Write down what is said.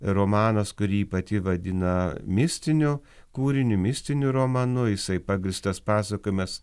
romanas kurį ji pati vadina mistiniu kūriniu mistiniu romanu jisai pagrįstas pasakojimas